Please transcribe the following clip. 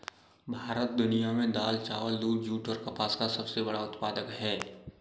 भारत दुनिया में दाल, चावल, दूध, जूट और कपास का सबसे बड़ा उत्पादक है